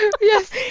Yes